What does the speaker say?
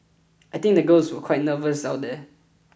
I think the girls were quite nervous out there